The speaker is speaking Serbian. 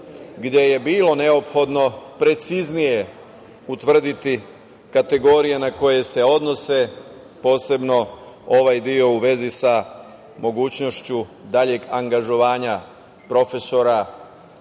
gde je bilo neophodno preciznije utvrditi kategorije na koje se odnose, posebno ovaj deo u vezi sa mogućnošću daljeg angažovanja profesora ili